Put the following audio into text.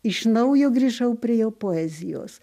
iš naujo grįžau prie jo poezijos